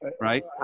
right